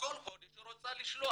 וכל חודש היא רוצה לשלוח.